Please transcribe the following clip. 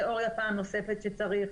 תיאוריה פעם נוספת כשצריך,